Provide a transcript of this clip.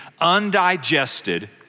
undigested